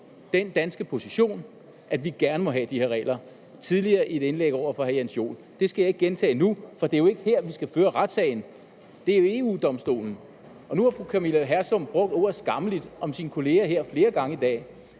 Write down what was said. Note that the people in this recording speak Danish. den danske position, altså at vi gerne må have de her regler. Det skal jeg ikke gentage endnu, for det er jo ikke her, vi skal føre retssagen. Det er ved EU-Domstolen. Nu har fru Camilla Hersom brugte ordet skammeligt om sine kollegaer her flere gange i dag.